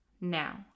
Now